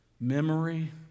memory